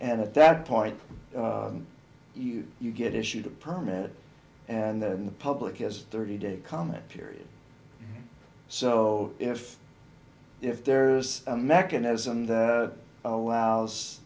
and at that point you you get issued a permit and then the public has thirty day comment period so if if there's a mechanism that allows